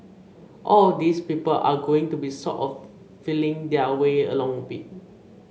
all of these people are going to be sort of feeling their way along a bit